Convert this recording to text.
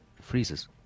freezes